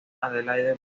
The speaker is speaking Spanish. adelaide